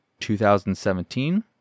2017